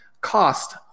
cost